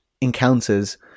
encounters